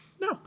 no